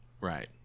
Right